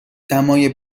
دمای